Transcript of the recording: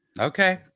Okay